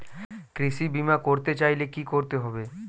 কৃষি বিমা করতে চাইলে কি করতে হবে?